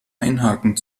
einhaken